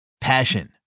Passion